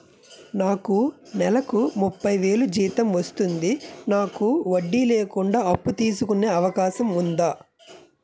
నాకు నేలకు ముప్పై వేలు జీతం వస్తుంది నాకు వడ్డీ లేకుండా అప్పు తీసుకునే అవకాశం ఉందా